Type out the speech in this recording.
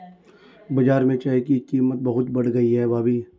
बाजार में चाय की कीमत बहुत बढ़ गई है भाभी